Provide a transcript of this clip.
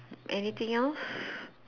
anything else